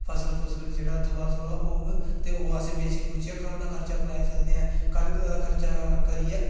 फसल बगेरा जेहड़ा थोड़ा थोह्डा होग ते ओह् अस बेची बोची ऐ घर दा खर्चा चलाई सकदे हां घर दा खर्चा करिये